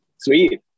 Sweet